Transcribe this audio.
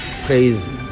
praise